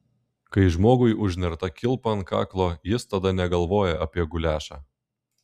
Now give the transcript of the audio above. kai žmogui užnerta kilpa ant kaklo jis tada negalvoja apie guliašą